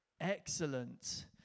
Excellent